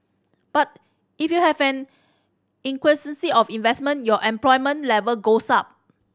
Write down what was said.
but if you have an of investment your unemployment level goes up